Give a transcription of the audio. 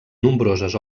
nombroses